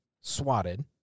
swatted